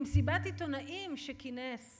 במסיבת עיתונאים שכינס